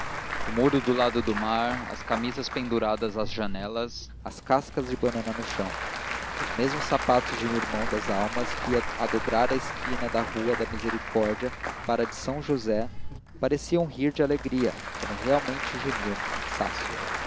o muro do lado do mar as camisas penduradas às janelas as cascas de banana no chão os mesmos sapatos de um irmão das almas que ia a dobrar a esquina da rua da misericórdia para a de são josé pareciam rir de alegria quando realmente gemiam de cansaço